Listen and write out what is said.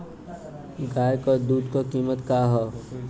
गाय क दूध क कीमत का हैं?